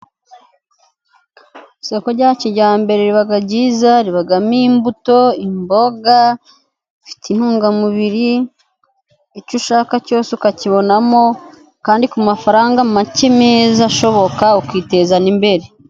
Isoko rya kijyambere riba ryiza, ribamo imbuto, imboga zifite intungamubiri, icyo ushaka cyose ukakibonamo kandi ku mafaranga make meza ashoboka ukiteza imbere.